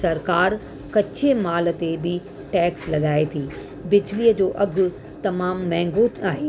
सरिकार कचे माल ते बि टेक्स लॻाए थी बिजलीअ जो अघु तमामु महांगो आहे